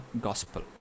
gospel